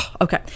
okay